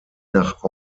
nach